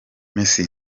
mesi